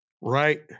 Right